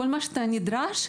כל מה שאתה נדרש,